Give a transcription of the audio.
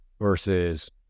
versus